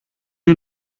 you